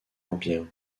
empire